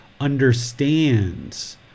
understands